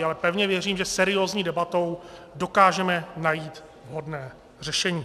Ale pevně věřím, že seriózní debatou dokážeme najít vhodné řešení.